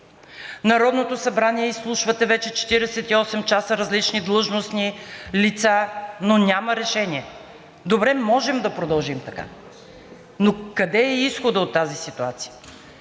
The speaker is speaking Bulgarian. Народното събрание вече 48 часа изслушвате различни длъжностни лица, но няма решение. Добре, можем да продължим така, но къде е изходът от тази ситуация?